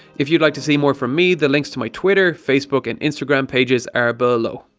if you would like to see more from me, the links to my twitter, facebook and instagram pages are below.